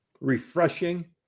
refreshing